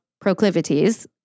proclivities